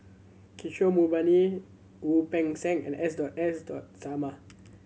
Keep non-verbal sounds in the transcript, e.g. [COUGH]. Kishore Mahbubani Wu Peng Seng and S [UNINTELLIGIBLE] S [UNINTELLIGIBLE] Sarma